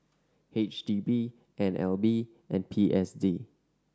H D B N L B and P S D